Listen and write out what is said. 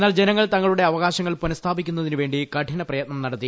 എന്നാൽ ജനങ്ങൾ തങ്ങളുടെ അവകാശങ്ങൾ പുനസ്ഥാപിക്കുന്നതിനു വേണ്ടി കഠിന പ്രയത്നം നടത്തി